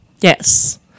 Yes